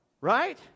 right